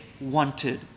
wanted